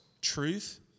truth